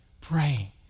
praying